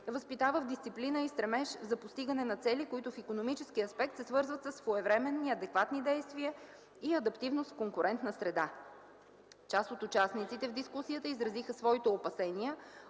възпитава в дисциплина и стремеж за постигане на цели, което в икономически аспект се свързва със своевременни адекватни действия и адаптивност в конкурентна среда. Част от участниците в дискусията изразиха своите опасения